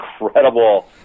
incredible